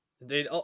Indeed